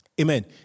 Amen